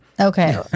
Okay